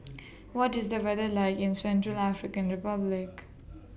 What IS The weather like in Central African Republic